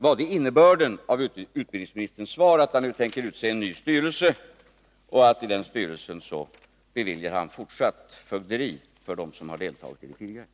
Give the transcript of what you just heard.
Var innebörden av utbildningsministerns svar att han nu tänker utse en ny styrelse och att han i denna styrelse ämnar bevilja fortsatt fögderi för dem som har deltagit i det tidigare?